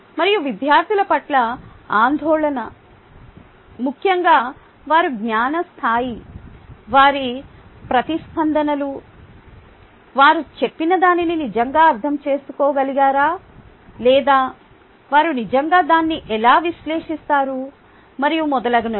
మరియు విద్యార్థుల పట్ల ఆందోళన ముఖ్యంగా వారి జ్ఞాన స్థాయి వారి ప్రతిస్పందనలు వారు చెప్పినదానిని నిజంగా అర్థం చేసుకోగలిగారు లేదా వారు నిజంగా దాన్ని ఎలా విశ్లేషిస్తారు మరియు మొదలగునవి